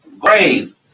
Brave